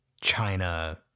China